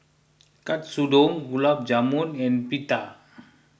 Katsudon Gulab Jamun and Pita